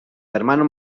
hermano